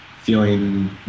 feeling